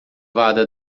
vada